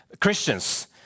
Christians